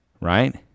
right